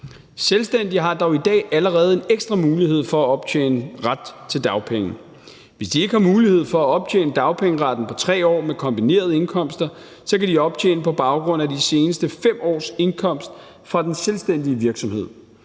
Selvstændige har dog i dag allerede en ekstra mulighed for at optjene ret til dagpenge. Hvis de ikke har mulighed for at optjene dagpengeretten på 3 år med kombinerede indkomster, kan de optjene på baggrund af de seneste 5 års indkomst fra den selvstændige virksomhed.